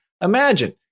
imagine